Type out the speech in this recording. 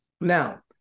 Now